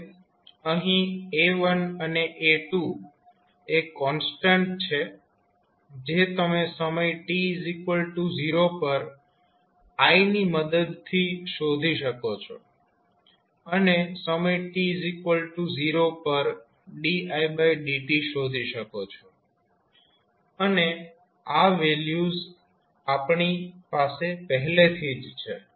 હવે અહીં A1 અને A2 એ કોન્સ્ટન્ટ છે જે તમે સમય t0 પર i ની મદદથી શોધી શકો છો અને સમય t0 પર didt શોધી શકો છો અને આ વેલ્યુઝ આપણી પાસે પહેલેથી જ છે